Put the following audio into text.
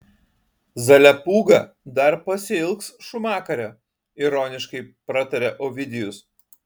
zalepūga dar pasiilgs šūmakario ironiškai pratarė ovidijus